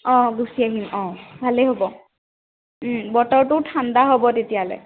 অঁ গুচি আহিম অঁ ভালেই হ'ব বতৰটো ঠাণ্ডা হ'ব তেতিয়ালে